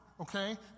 okay